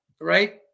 right